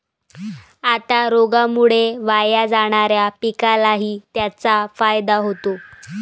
आता रोगामुळे वाया जाणाऱ्या पिकालाही त्याचा फायदा होतो